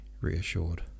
reassured